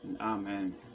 Amen